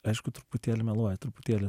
aišku truputėlį meluoju truputėlį